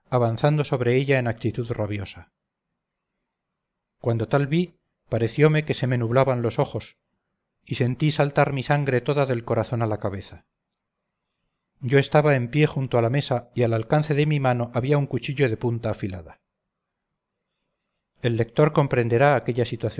avanzando sobre ella en actitud rabiosa cuando tal vi pareciomeque se me nublaban los ojos y sentí saltar mi sangre toda del corazón a la cabeza yo estaba en pie junto a la mesa y al alcance de mi mano había un cuchillo de punta afilada el lector comprenderá aquella